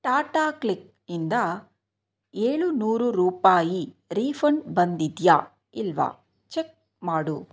Tata Cliq ಇಂದ ಏಳುನೂರು ರೂಪಾಯಿ ರೀಫಂಡ್ ಬಂದಿದೆಯೋ ಇಲ್ವೋ ಚಕ್ ಮಾಡು